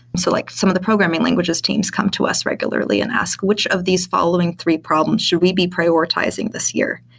so like some of the programming languages teams come to us regularly and ask, which of these following three problems should we be prioritizing this year?